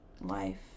life